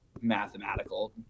mathematical